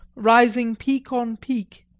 rising peak on peak,